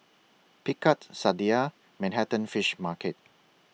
Picard Sadia and Manhattan Fish Market